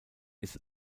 ist